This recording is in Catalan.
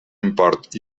import